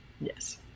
Yes